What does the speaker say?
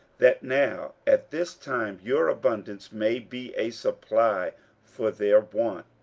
that now at this time your abundance may be a supply for their want,